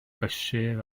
brysur